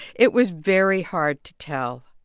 it was very hard to tell.